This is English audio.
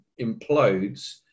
implodes